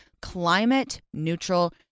climate-neutral